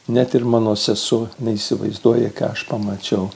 net ir mano sesuo neįsivaizduoja ką aš pamačiau